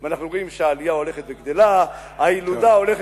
ואנחנו רואים שהעלייה הולכת וגדלה, הילודה הולכת,